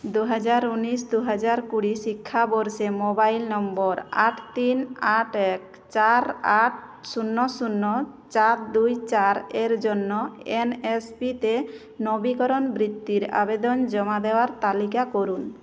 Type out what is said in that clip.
দু হাজার ঊনিশ দু হাজার কুড়ি শিক্ষাবর্ষে মোবাইল নম্বর আট তিন আট এক চার আট শূন্য শূন্য চার দুই চার এর জন্য এন এস পি তে নবীকরণ বৃত্তির আবেদন জমা দেওয়ার তালিকা করুন